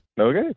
Okay